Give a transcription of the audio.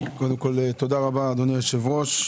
קודם כל, תודה רבה אדוני היו"ר.